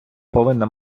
повинна